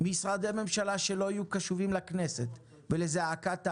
משרדי ממשלה שלא יהיו קשובים לכנסת ולזעקת העם,